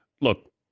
Look